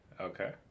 Okay